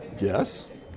Yes